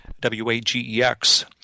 W-A-G-E-X